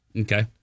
Okay